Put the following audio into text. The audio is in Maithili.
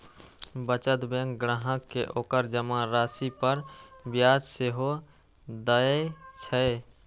बचत बैंक ग्राहक कें ओकर जमा राशि पर ब्याज सेहो दए छै